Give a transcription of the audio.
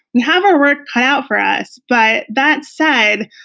we have our work cut out for us, but that said,